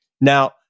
Now